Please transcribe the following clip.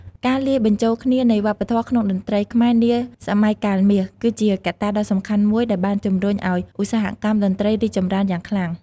ការលាយបញ្ចូលគ្នានៃវប្បធម៌ក្នុងតន្ត្រីខ្មែរនាសម័យកាលមាស គឺជាកត្តាដ៏សំខាន់មួយដែលបានជំរុញឱ្យឧស្សាហកម្មតន្ត្រីរីកចម្រើនយ៉ាងខ្លាំង។